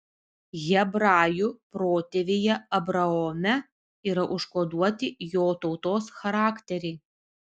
hebrajų protėvyje abraome yra užkoduoti jo tautos charakteriai